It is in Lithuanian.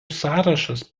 sąrašas